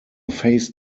phase